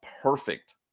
perfect